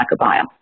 microbiome